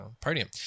podium